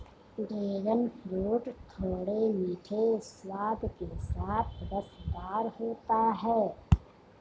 dragon fruit थोड़े मीठे स्वाद के साथ रसदार होता है